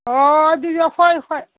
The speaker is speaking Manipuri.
ꯑꯣ ꯑꯗꯨꯁꯨ ꯍꯣꯏ ꯍꯣꯏ